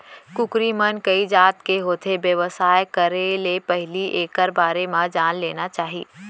कुकरी मन कइ जात के होथे, बेवसाय करे ले पहिली एकर बारे म जान लेना चाही